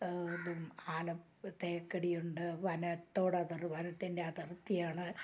ആലം തേക്കടിയുണ്ട് വനത്തോട് അതിർ വനത്തിൻ്റെ അതിർത്തിയാണ്